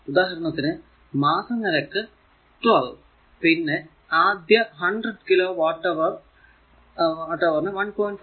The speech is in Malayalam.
ഉദാഹരണത്തിന് മാസ നിരക്ക് 12 പിന്നെ ആദ്യ 100 കിലോ വാട്ട് അവർ നു 1